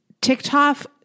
TikTok